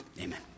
Amen